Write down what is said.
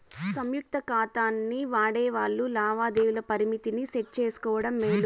సంయుక్త కాతాల్ని వాడేవాల్లు లావాదేవీల పరిమితిని సెట్ చేసుకోవడం మేలు